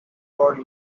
for